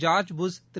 George Bush Thiru